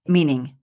Meaning